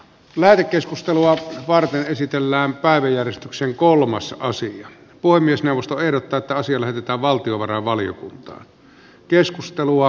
lähetekeskustelua varten esitellään päiväjärjestyksen kolmas osin puhemiesneuvosto ehdottaa että asia lähetetään valtiovarainvaliokuntaan